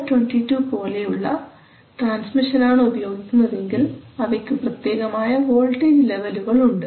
RA422 പോലെയുള്ള ട്രാൻസ്മിഷനാണ് ഉപയോഗിക്കുന്നതെങ്കിൽ അവയ്ക്കു പ്രത്യേകമായ വോൾട്ടേജ് ലെവലുകൾ ഉണ്ട്